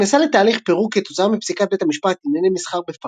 נכנסה לתהליך פירוק כתוצאה מפסיקת בית המשפט לענייני מסחר בפריז,